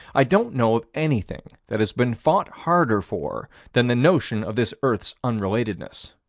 i don't know of anything that has been fought harder for than the notion of this earth's unrelatedness.